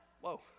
Whoa